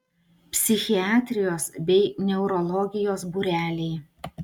psichiatrijos bei neurologijos būreliai